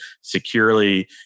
securely